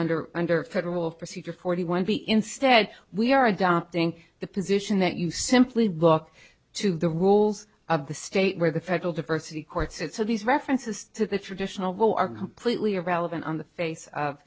under under federal procedure forty one b instead we are adopting the position that you simply block to the rules of the state where the federal diversity courts it so these references to the traditional will are completely irrelevant on the face of